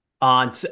on